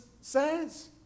says